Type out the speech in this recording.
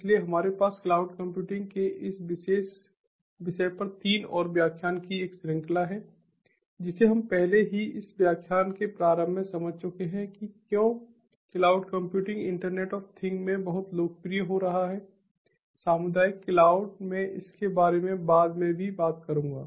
इसलिए हमारे पास क्लाउड कंप्यूटिंग के इस विशेष विषय पर तीन और व्याख्यानों की एक श्रृंखला है जिसे हम पहले ही इस व्याख्यान के प्रारंभ में समझ चुके हैं कि क्यों क्लाउड कंप्यूटिंग इंटरनेट ऑफ थिंग्समें बहुत लोकप्रिय हो रहा है सामुदायिक क्लाउड मैं इसके बारे में बाद में भी बात करूंगा